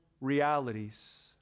realities